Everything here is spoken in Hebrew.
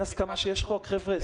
חבר'ה, אין הסכמה שיש חוק.